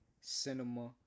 cinema